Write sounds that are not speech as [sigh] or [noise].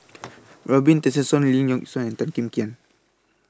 [noise] Robin Tessensohn Lee Yock Suan and Tan Kim Tian